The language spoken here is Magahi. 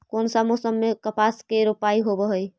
कोन सा मोसम मे कपास के रोपाई होबहय?